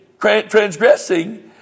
transgressing